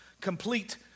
complete